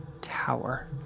tower